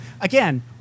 Again